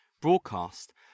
broadcast